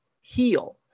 heal